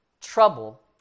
trouble